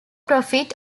profit